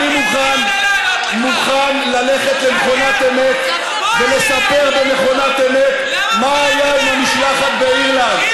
ואני מוכן ללכת למכונת אמת ולספר במכונת אמת מה היה עם המשלחת באירלנד.